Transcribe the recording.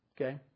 Okay